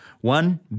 One